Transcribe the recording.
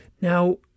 Now